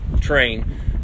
train